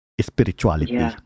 spirituality